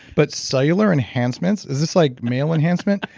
but cellular enhancements? is this like male enhancement?